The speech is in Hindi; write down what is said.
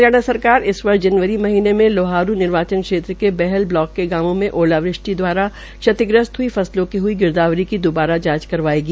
हरियाणा सरकार इस वर्ष जनवरी महीने में लोहारू निर्वाचन क्षेत्र के बहल ब्लॉक के गांवों में ओलावृष्टि दवारा क्षतिग्रस्त हई फसलों की हई गिरदावरी की दोबारा जांच करवाएगी